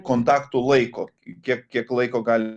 kontaktų laiko kiek kiek laiko gali